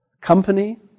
company